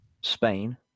Spain